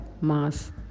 mass